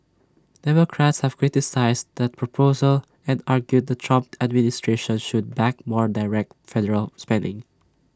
democrats have criticised that proposal and argued the Trump administration should back more direct federal spending